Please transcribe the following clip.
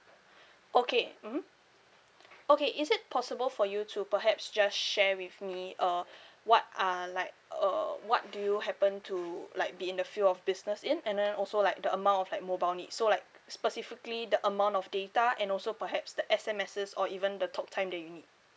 okay mmhmm okay is it possible for you to perhaps just share with me uh what are like uh what do you happen to like be in the field of business in and then also like the amount of like mobile need so like specifically the amount of data and also perhaps the S_M_Ss or even the talk time that you need